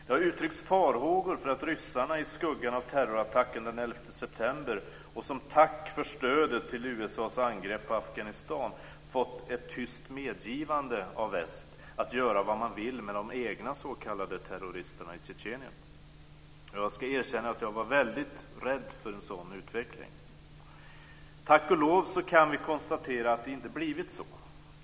Det har uttryckts farhågor för att ryssarna i skuggan av terrorattacken den 11 september och som tack för stödet till USA:s angrepp på Afghanistan, fått ett tyst medgivande av väst att göra vad man vill med de egna s.k. terroristerna i Tjetjenien. Jag ska erkänna att jag var väldigt rädd för en sådan utveckling. Tack och lov kan vi konstatera att det inte blivit så.